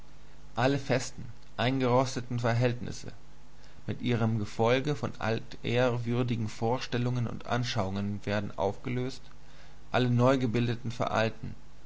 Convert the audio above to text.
alle festen eingerosteten verhältnisse mit ihrem gefolge von altehrwürdigen vorstellungen und anschauungen werden aufgelöst alle neugebildeten veralten